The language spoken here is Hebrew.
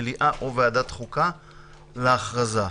ועדת חוקה והכרזה?